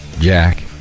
Jack